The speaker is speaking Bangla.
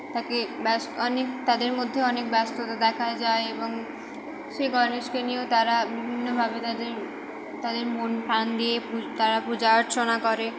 তাকে অনেক তাদের মধ্যে অনেক ব্যস্ততা দেখা যায় এবং সে গণেশকে নিয়েও তারা বিভিন্নভাবে তাদের তাদের মন প্রাণ দিয়ে তারা পূজা অর্চনা করে